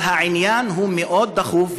אבל העניין הוא מאוד דחוף,